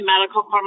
medical